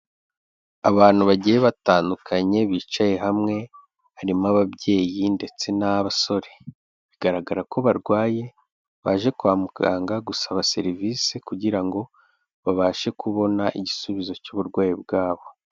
Abantu bagiye batandukanye bicaye hamwe, harimo ababyeyi ndetse n'abasore, bigaragara ko barwaye, baje kwa muganga gusaba serivisi kugira ngo babashe kubona igisubizo cy'uburwayi bwabo.